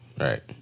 Right